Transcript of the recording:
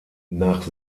nach